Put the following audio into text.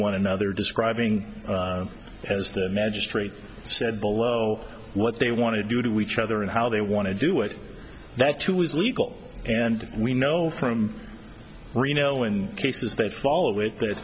one another describing as the magistrate said below what they want to do to each other and how they want to do it that too is legal and we know from reno in cases that follow with th